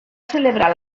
celebrar